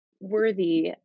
worthy